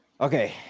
okay